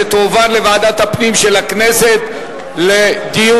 שתועבר לוועדת הפנים של הכנסת לדיון.